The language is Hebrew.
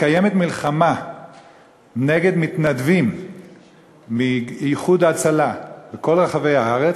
מתקיימת מלחמה נגד מתנדבים מ"איחוד הצלה" בכל רחבי הארץ.